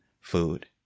food